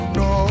no